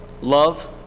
love